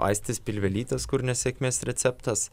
aistės pilvelytės kur nesėkmės receptas